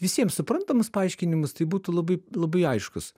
visiem suprantamas paaiškinimas tai būtų labai labai aiškus